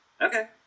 okay